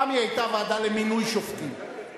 פעם היא היתה ועדה למינוי שופטים,